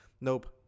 nope